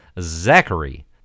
Zachary